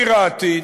פיראטית,